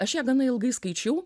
aš ją gana ilgai skaičiau